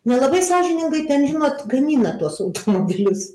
nelabai sąžiningai ten žinot gamina tuos automobilius